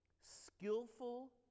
skillful